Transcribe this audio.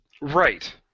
Right